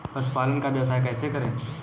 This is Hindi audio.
पशुपालन का व्यवसाय कैसे करें?